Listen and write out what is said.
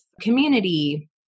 community